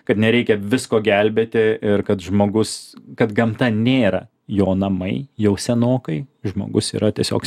kad nereikia visko gelbėti ir kad žmogus kad gamta nėra jo namai jau senokai žmogus yra tiesiog